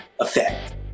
effect